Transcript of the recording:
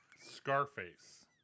Scarface